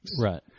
right